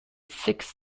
seeks